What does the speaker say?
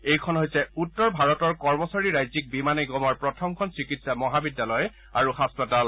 এইখন হৈছে উত্তৰ ভাৰতৰ কৰ্মচাৰী ৰাজ্যিক বীমা নিগমৰ প্ৰথমখন চিকিৎসা মহাবিদ্যালয় আৰু হাস্পতাল